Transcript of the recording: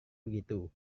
begitu